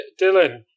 Dylan